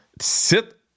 Sit